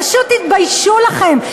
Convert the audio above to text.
פשוט תתביישו לכם.